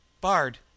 Bard